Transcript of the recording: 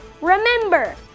Remember